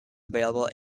available